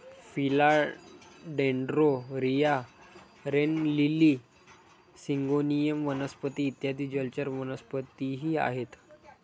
फिला dendron, रिया, rain lily, syngonium वनस्पती इत्यादी जलचर वनस्पतीही आहेत